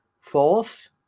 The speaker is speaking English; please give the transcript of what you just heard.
false